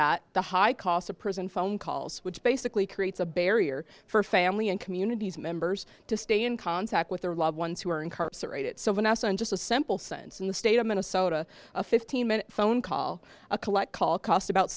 at the high cost of prison phone calls which basically creates a barrier for family and communities members to stay in contact with their loved ones who are incarcerated so when asked on just a simple sentence in the state of minnesota a fifteen minute phone call a collect call cost about